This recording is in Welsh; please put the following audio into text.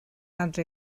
adre